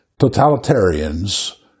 totalitarians